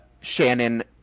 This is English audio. Shannon